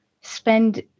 spend